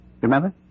Remember